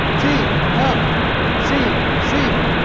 t l c c.